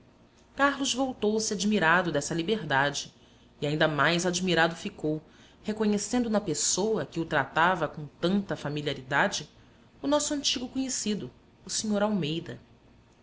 carlos voltou-se admirado dessa liberdade e ainda mais admirado ficou reconhecendo na pessoa que o tratava com tanta familiaridade o nosso antigo conhecido o sr almeida